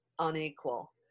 unequal